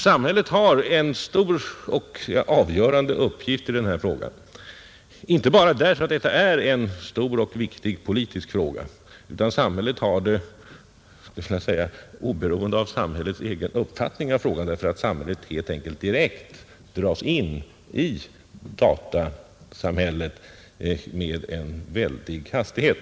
Samhället har en stor och avgörande uppgift i sammanhanget inte bara för att detta är en viktig politisk fråga, utan samhället har det oberoende av regeringens politiska värdering av frågan, därför att staten helt enkelt direkt dras in i datasamhället med en oerhörd hastighet.